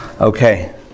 Okay